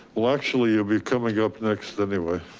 well, actually, you'll be coming up next anyway.